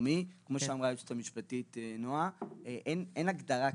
כרגע בהצעה אין הגדרה,